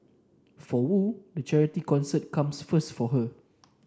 for Wu the charity concert comes first for her